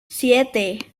siete